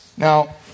Now